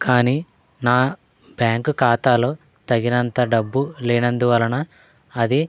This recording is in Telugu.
కానీ నా బ్యాంక్ ఖాతాలో తగినంత డబ్బు లేనందు వలన అది